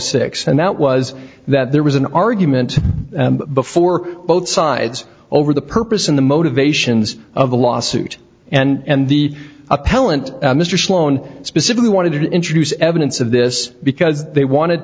six and that was that there was an argument before both sides over the purpose and the motivations of the lawsuit and the appellant mr sloan specifically wanted to introduce evidence of this because they wanted